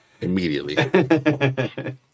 immediately